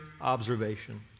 observation